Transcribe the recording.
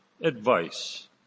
advice